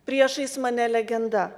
priešais mane legenda